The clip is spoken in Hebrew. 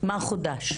מה חודש?